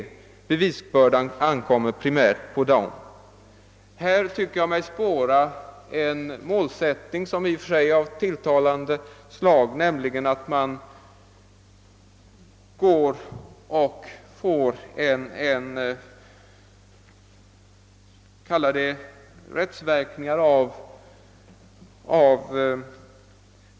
Bevisbördan ankommer primärt på dem.» Här tycker jag mig spåra en målsättning som är av tilltalande slag — det gäller att riksplanen ska ha rättsverkningar.